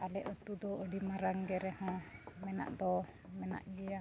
ᱟᱨ ᱟᱞᱮ ᱟᱛᱳ ᱫᱚ ᱟᱹᱰᱤ ᱢᱟᱨᱟᱝ ᱜᱮ ᱨᱮᱦᱚᱸ ᱢᱮᱱᱟᱜ ᱫᱚ ᱢᱮᱱᱟᱜ ᱜᱮᱭᱟ